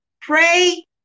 Pray